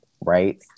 right